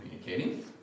communicating